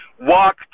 walk